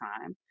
time